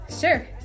sure